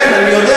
כן, אני יודע.